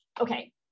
Okay